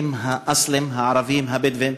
התושבים האסלים, הערבים הבדואים,